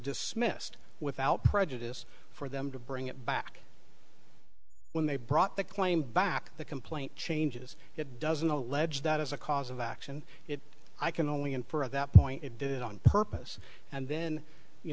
dismissed without prejudice for them to bring it back when they brought the claim back the complaint changes it doesn't allege that as a cause of action it i can only infer at that point it did it on purpose and then you